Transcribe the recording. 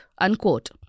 Unquote